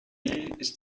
ist